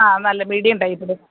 ആ നല്ല മീഡിയം ടൈപ്പിൽ